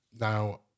now